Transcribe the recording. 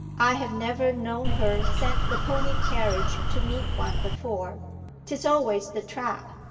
i have never known her send the pony-carriage to meet one before tis always the trap,